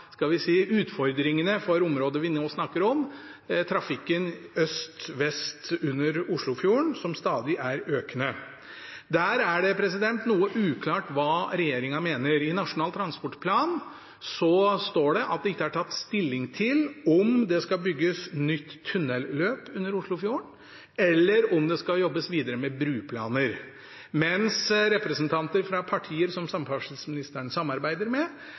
skal vi si, utfordringene for området vi nå snakker om, og trafikken øst–vest under Oslofjorden er stadig økende. Der er det noe uklart hva regjeringen mener. I Nasjonal transportplan står det at det ikke er tatt stilling til om det skal bygges nytt tunnelløp under Oslofjorden, eller om det skal jobbes videre med bruplaner, mens representanter fra partier som samferdselsministeren samarbeider med,